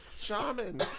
Shaman